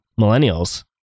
millennials